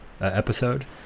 Episode